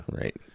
Right